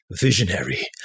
Visionary